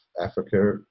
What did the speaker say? Africa